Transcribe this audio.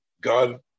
God